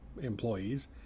employees